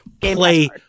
Play